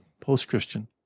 post-Christian